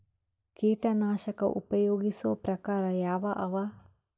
ಕೀಟನಾಶಕ ಉಪಯೋಗಿಸೊ ಪ್ರಕಾರ ಯಾವ ಅವ?